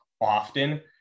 often